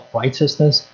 righteousness